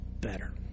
better